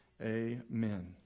amen